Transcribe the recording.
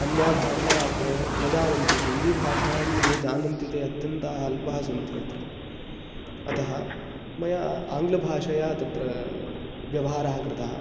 अन्या भाषा अत्र न जानन्ति हिन्दी भाषां ये जानन्ति ते अत्यन्तम् अल्पाः सन्ति अत्र अतः मया आङ्ग्लभाषया तत्र व्यवहारः कृतः